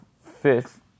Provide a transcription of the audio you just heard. fifth